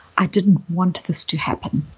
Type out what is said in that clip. i didn't want this to happen.